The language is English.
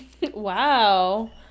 Wow